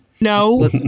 No